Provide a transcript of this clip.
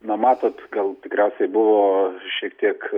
na matot gal tikriausiai buvo šiek tiek